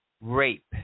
rape